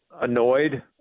annoyed